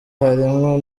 harimwo